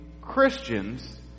Christians